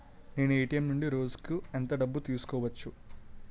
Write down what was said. నేను ఎ.టి.ఎం నుండి రోజుకు ఎంత డబ్బు తీసుకోవచ్చు?